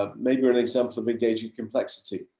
um maybe an example of engaging complexity,